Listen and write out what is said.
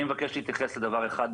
אני מבקש להתייחס לדבר אחד,